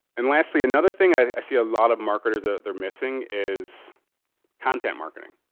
and lastly another thing. i see a lot of marketers that they're missing is content marketing.